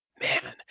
Man